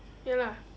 ya lah